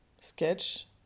sketch